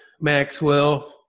Maxwell